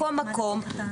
מקום-מקום,